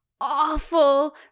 awful